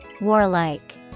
Warlike